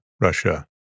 Russia